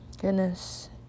goodness